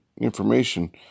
information